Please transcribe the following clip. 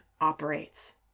operates